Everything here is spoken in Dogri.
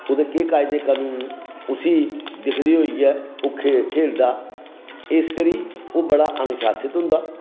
ओह्दे केह् कायदे कनून न उस्सी दिखदे होइयै ओह् खेलदा इस करी ओह् बड़ा अनुशासित होंदा